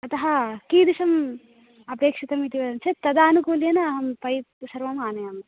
अतः कीदृशं अपेक्षितम् इति वदन्ति चेत् तदानुकूलेन पैप् सर्वमानयामि